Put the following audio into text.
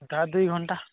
ହେଟା ଦୁଇ ଘଣ୍ଟା